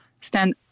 stand